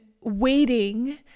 waiting